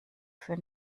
für